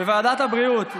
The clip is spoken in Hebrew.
בוועדת הבריאות,